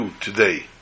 today